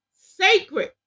sacred